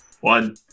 One